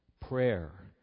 Prayer